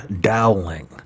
dowling